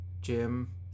Jim